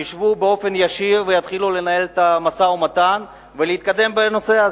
ישבו באופן ישיר ויתחילו לנהל את המשא-ומתן ולהתקדם בנושא הזה.